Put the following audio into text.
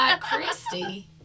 Christy